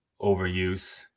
overuse